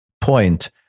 point